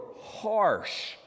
harsh